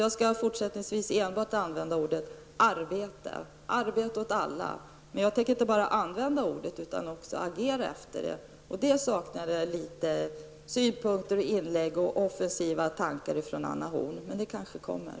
Jag skall fortsättningsvis enbart använda ordet arbete, arbete åt alla. Men jag tänker inte bara använda ordet utan också agera efter det. Det saknade jag synpunkter på och offensiva tankar om från Anna Horn. Men det kanske kommer.